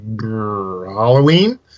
Halloween